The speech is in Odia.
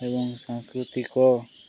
ଏବଂ ସାଂସ୍କୃତିକ